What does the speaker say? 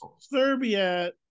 Serbia